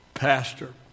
pastor